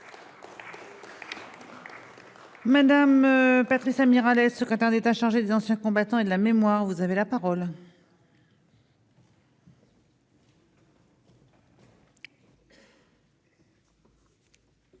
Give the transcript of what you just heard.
Patricia Mirallès, secrétaire d'État chargé des Anciens combattants et de la mémoire, vous avez la parole.